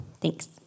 Thanks